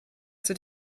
wir